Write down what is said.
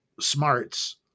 smarts